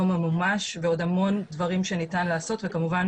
ממומש ועוד המון דברים שניתן לעשות וכמובן